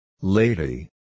Lady